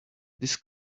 this